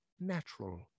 natural